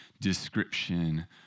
description